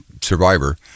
survivor